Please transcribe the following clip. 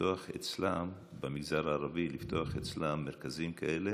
לפתוח אצלם במגזר הערבי מרכזים כאלה.